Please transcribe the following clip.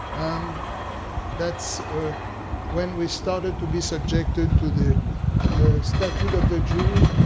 um that's when we started to be subjected to the statute of the jews,